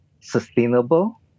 sustainable